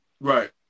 Right